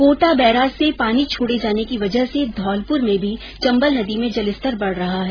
Kota barrage से पानी छोड़े जाने की वजह से ही धौलपुर में भी चंबल नदी में जलस्तर बढ़ रहा है